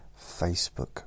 Facebook